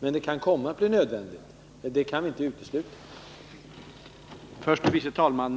Men det kan inte uteslutas att det kan komma att bli nödvändigt att införa ytterligare restriktioner.